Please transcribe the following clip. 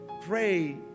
pray